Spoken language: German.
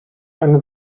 eine